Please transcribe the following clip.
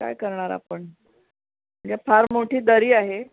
काय करणार आपण ही फार मोठी दरी आहे